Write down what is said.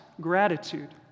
gratitude